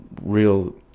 real